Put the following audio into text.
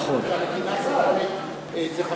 דרך אגב, זה 12 מיליון, שהמדינה צריכה.